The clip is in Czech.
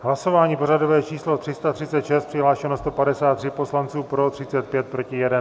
Hlasování pořadové číslo 336, přihlášeno 153 poslanců, pro 35, proti 1.